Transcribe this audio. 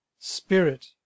spirit